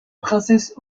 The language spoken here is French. princesse